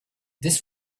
this